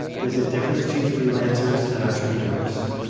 there's a difference between freelancers and entrepreneurs.